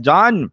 John